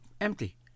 empty